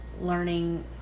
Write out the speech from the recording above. learning